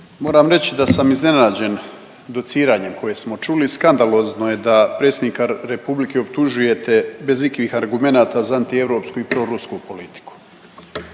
Moram reći da sam iznenađen dociranjem koje smo čuli. Skandalozno je da predsjednika Republike optužujete bez ikakvih argumenata za antieuropsku i prorusku politiku.